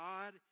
God